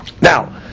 Now